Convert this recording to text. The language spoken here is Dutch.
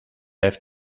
heeft